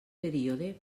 període